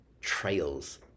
trails